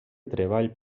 treball